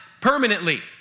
permanently